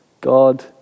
God